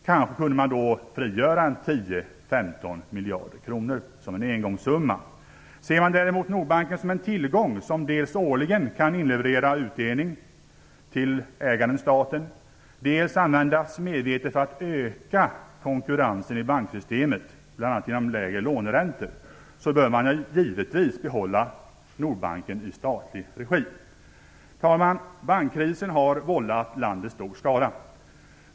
Kanske kunde man då frigöra 10-15 miljarder kronor som en engångssumma. Ser man däremot Nordbanken som en tillgång som dels årligen kan inleverera utdelning till ägaren staten, dels användas medvetet för att öka konkurrensen i banksystemet bl.a. genom lägre låneräntor, bör man givetvis behålla Nordbanken i statlig regi. Herr talman! Bankkrisen har vållat landet stor skada.